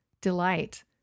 delight